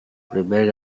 primer